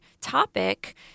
topic